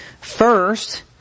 first